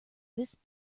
this